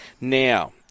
Now